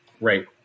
right